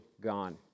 Gone